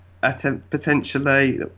Potentially